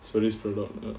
so this product